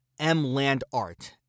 MLandart